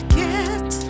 get